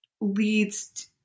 leads